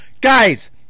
Guys